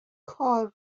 کار